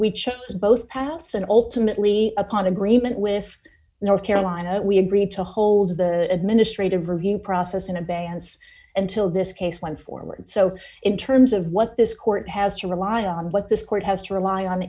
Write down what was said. chose both paths and ultimately upon agreement with north carolina we agreed to hold the administrative review process in abeyance until this case went forward so in terms of what this court has to rely on what this court has to rely on